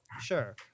Sure